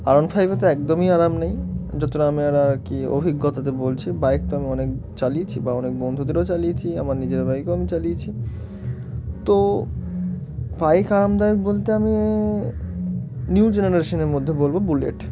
Aran এরোন ফাইভে তো একদমই আরাম নেই যতটা আমি আর আর কি অভিজ্ঞতাতে বলছি বাইক তো আমি অনেক চালিয়েছি বা অনেক বন্ধুদেরও চালিয়েছি আমার নিজের বাইকও আমি চালিয়েছি তো বাইক আরামদায়ক বলতে আমি নিউ জেনারেশনের মধ্যে বলবো বুলেট